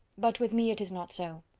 but with me, it is not so.